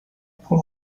پول